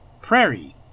Prairie